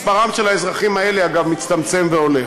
מספרם של האזרחים האלה, אגב, מצטמצם והולך.